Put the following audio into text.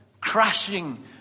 crashing